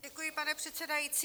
Děkuji, pane předsedající.